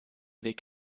weg